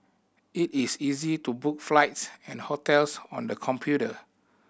it is easy to book flights and hotels on the computer